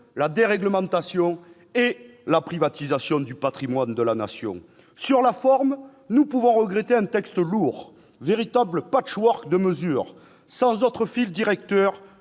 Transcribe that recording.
la déréglementation et la privatisation du patrimoine de la Nation. Sur la forme, nous pouvons regretter un texte lourd, véritable de mesures, sans autre fil directeur